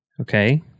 Okay